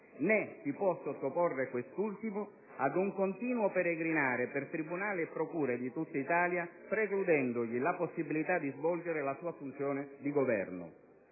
Né si può sottoporre quest'ultimo ad un continuo peregrinare per tribunali e procure di tutta Italia, precludendogli la possibilità di svolgere la sua funzione di governo.